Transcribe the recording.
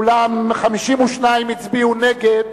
אולם 52 הצביעו נגד.